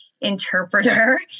interpreter